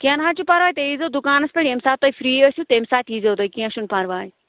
کیٚنٛہہ نہَ حظ چھُ پَرواے تُہۍ ییٖزیٚو دُکانَس پٮ۪ٹھ ییٚمہِ ساتہٕ تُہۍ فرٛی ٲسِو تَمہِ ساتہٕ ییٖزیٚو تُہۍ کیٚنٛہہ چھُنہٕ پَرواے